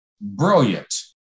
Brilliant